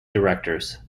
directors